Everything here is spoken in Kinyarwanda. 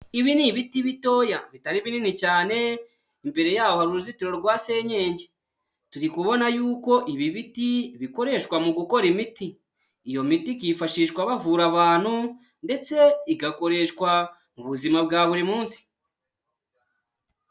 Ibi ni ibiti bitoya bitari binini cyane, imbere yaho hari uruzitiro rwa senyenge, turi kubona yuko ibi biti bikoreshwa mu gukora imiti, iyo miti ikifashishwa bavura abantu ndetse igakoreshwa mu buzima bwa buri munsi.